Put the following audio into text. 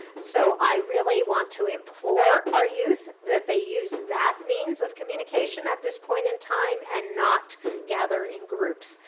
so i really want to implore our youth that they use that means of communication at this point in time and not gather in groups.